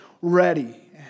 ready